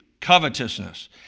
covetousness